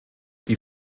die